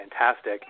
fantastic